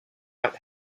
not